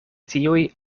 tiuj